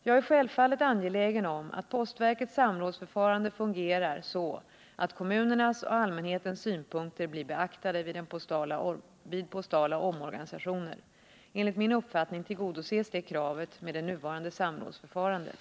Jag är självfallet angelägen om att postverkets samrådsförfarande fungerar, så att kommunernas och allmänhetens synpunkter blir beaktade vid postala omorganisationer. Enligt min uppfattning tillgodoses det kravet med det nuvarande samrådsförfarandet.